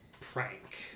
prank